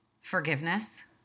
forgiveness